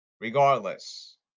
Regardless